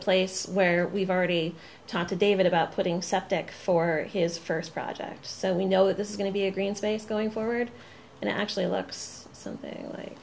place where we've already talked to david about putting septic for his first project so we know this is going to be a green space going forward and it actually looks something like